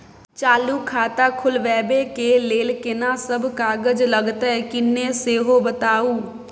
चालू खाता खोलवैबे के लेल केना सब कागज लगतै किन्ने सेहो बताऊ?